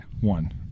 One